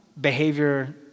behavior